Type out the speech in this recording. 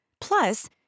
Plus